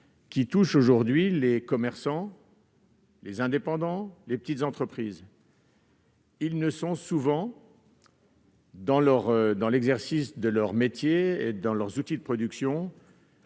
qui touchent aujourd'hui les commerçants, les indépendants, les petites entreprises. Le développement de ces acteurs, dans l'exercice de leur métier, et de leurs outils de production